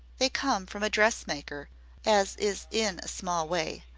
they come from a dressmaker as is in a small way,